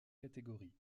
catégorie